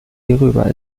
hierüber